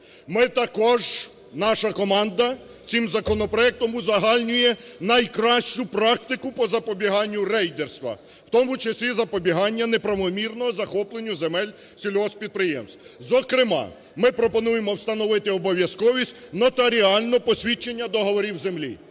наша команда, цим законопроектом узагальнює найкращу практику по запобіганню рейдерства, в тому числі запобігання не правомірного захоплення земель сільгосппідприємств. Зокрема, ми пропонуємо встановити обов'язковість нотаріального посвідчення договорів землі.